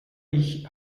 ich